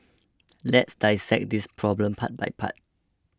let's dissect this problem part by part